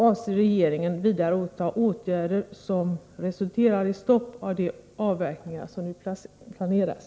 Avser regeringen vidare vidta åtgärder som resulterar i stopp av de avverkningar som nu planeras?